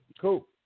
Cool